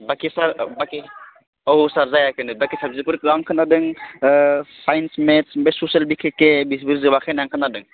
बाखि सार बाखि औ औ सार जायाखैनो बाखि साबजेक्टखो आं खोनादों साइन्स मेथ्स बे ससियेल बिखेखके जोबाखै होनना खोनादों